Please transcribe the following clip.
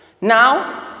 now